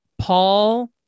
Paul